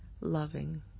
loving